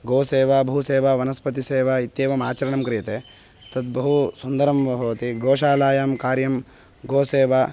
गोसेवा भूसेवा वनस्पतिसेवा इत्येवम् आचरणं क्रियते तद् बहु सुन्दरं भवति गोशालायां कार्यं गोसेवा